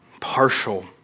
Partial